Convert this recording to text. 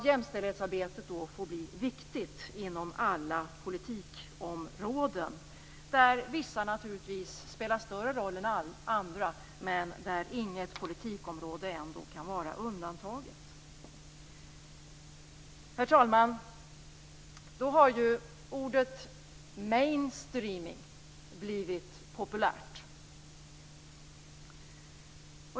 Jämställdhetsarbetet måste bli viktigt inom alla politikområden där vissa områden spelar större roll än andra, men där inget politikområde kan vara undantaget. Herr talman! Ordet mainstreaming har blivit populärt.